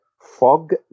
fog